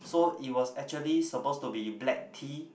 so it was actually supposed to be black tea